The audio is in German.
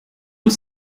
ist